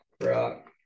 rock